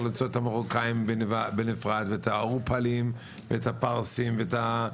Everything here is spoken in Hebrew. למצוא את המרוקאים בנפרד ואת האורפלים בנפרד ואת הפרסים בנפרד.